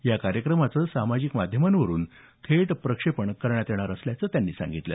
या कार्यक्रमाचं सामाजिक माध्यमावरून थेट प्रक्षेपण करण्यात येणार असल्याचं त्यांनी सांगितलं